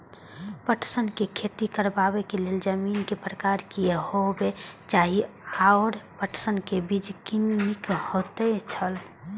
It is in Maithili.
पटसन के खेती करबाक लेल जमीन के प्रकार की होबेय चाही आओर पटसन के बीज कुन निक होऐत छल?